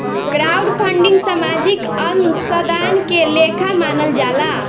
crowdfunding सामाजिक अंशदान के लेखा मानल जाला